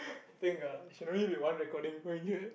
think uh should we be the one recording over here